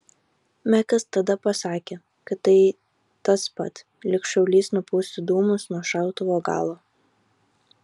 mekas tada pasakė kad tai tas pat lyg šaulys nupūstų dūmus nuo šautuvo galo